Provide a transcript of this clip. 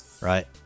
right